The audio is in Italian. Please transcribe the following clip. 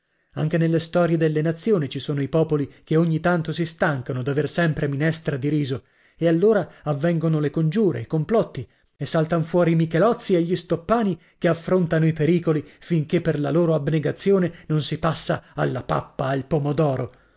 anche nelle storie delle nazioni ci sono i popoli che ogni tanto si stancano d'aver sempre minestra di riso e allora avvengono le congiure i complotti e saltan fuori i michelozzi e gli stoppani che affrontano i pericoli finché per la loro abnegazione non si passa alla pappa al pomodoro